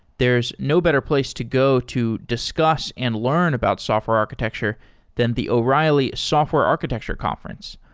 there's no better place to go to discuss and learn about software architecture than the o'reilly software architecture conference,